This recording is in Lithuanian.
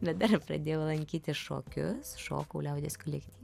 bet dar ir pradėjau lankyti šokius šokau liaudies kolekty